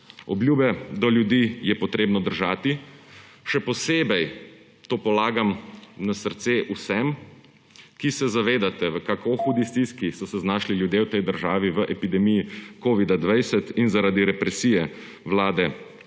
Obljube do ljudi je potrebno držati, še posebej to polagam na srce vsem, ki se zavedate, v kako hudi stiski so se znašli ljudje v tej državi v epidemiji covid-19 in zaradi represije vlade Janeza